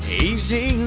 easy